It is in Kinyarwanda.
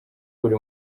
buri